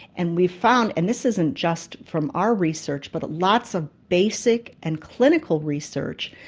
and we've found, and this isn't just from our research but lots of basic and clinical research,